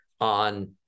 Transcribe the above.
on